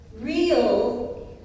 real